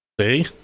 See